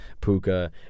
Puka